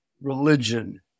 religion